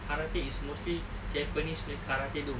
karate is mostly japanese punya karate-do